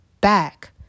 back